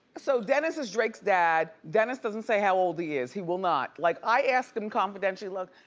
so dennis is drake's dad. dennis doesn't say how old he is. he will not. like i asked him confidentially, look,